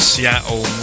Seattle